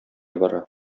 бара